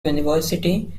university